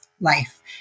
life